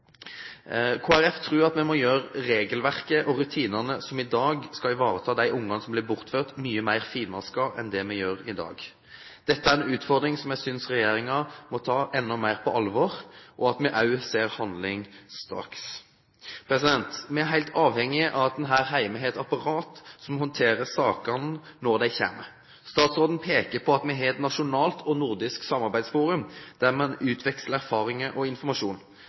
tror at vi må gjøre regelverket og rutinene som i dag skal ivareta de barna som blir bortført, mye mer finmasket enn det er i dag. Dette er en utfordring som jeg synes regjeringen må ta enda mer på alvor, slik at vi også ser handling straks. Vi er helt avhengige av at vi her hjemme har et apparat som håndterer sakene når de kommer. Statsråden peker på at vi har et nasjonalt og nordisk samarbeidsforum der man utveksler erfaringer og informasjon.